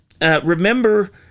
Remember